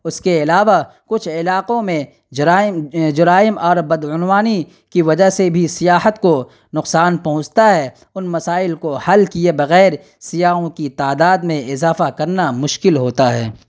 اس کے علاوہ کچھ علاقوں میں جرائم جرائم اور بدعنوانی کی وجہ سے بھی سیاحت کو نقصان پہنچتا ہے ان مسائل کو حل کیے بغیر سیاحوں کی تعداد میں اضافہ کرنا مشکل ہوتا ہے